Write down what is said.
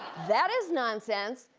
that is nonsense.